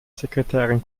sekretärin